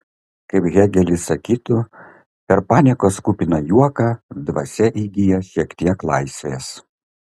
kaip hėgelis sakytų per paniekos kupiną juoką dvasia įgyja šiek tiek laisvės